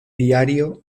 diario